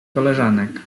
koleżanek